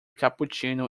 cappuccino